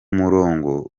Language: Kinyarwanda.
murongo